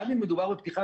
בפתיחה